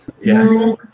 Yes